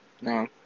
No